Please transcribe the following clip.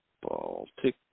Baltic